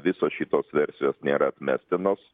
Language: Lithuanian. visos šitos versijos nėra atmestinos